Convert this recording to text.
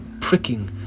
pricking